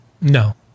No